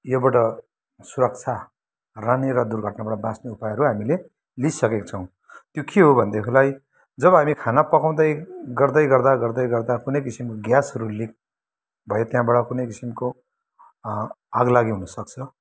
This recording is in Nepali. योबाट सुरक्षा रहने र दुर्घटनाबाट बाँच्ने उपायहरू हामीले लिइसकेका छौँ त्यो के हो भनेदेखिलाई जब हामी खाना पकाउँदै गर्दै गर्दा गर्दै गर्दा कुनै किसिमको ग्यासहरू लिक् भए त्यहाँबाट कुनै किसिमको आगलागी हुन सक्छ